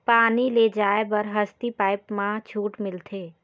पानी ले जाय बर हसती पाइप मा छूट मिलथे?